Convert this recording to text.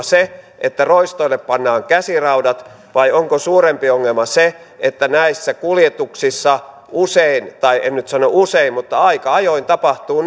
se että roistoille pannaan käsiraudat vai onko suurempi ongelma se että näissä kuljetuksissa usein tai en nyt sano usein mutta aika ajoin tapahtuu